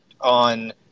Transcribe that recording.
on